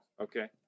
Okay